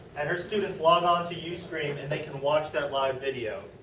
and her students log onto ustream and they can watch that live video.